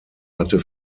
hatte